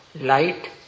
light